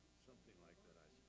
something like